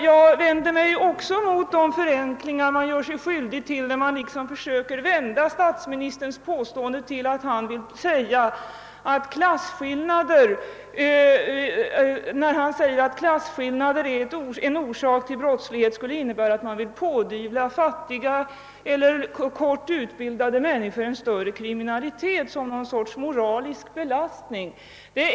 Jag vänder mig också mot de förenklingar man gör sig skyldig till när man vänder på statsministerns påstående att klasskillnader är en orsak till brottslighet och menar att det skulle innebära, att man kan pådyvla fattiga människor kriminalitet som en moralisk belastning.